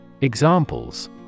Examples